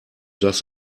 das